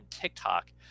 TikTok